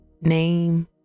name